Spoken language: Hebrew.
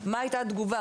מה הייתה התגובה?